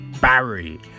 Barry